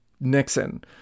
Nixon